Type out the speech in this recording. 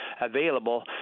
available